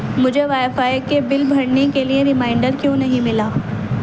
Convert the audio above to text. مجھے wifi کے bill بھرنے کے لیے ریمائنڈر کیوں نہیں ملا